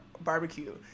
barbecue